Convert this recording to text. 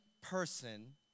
person